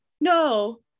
no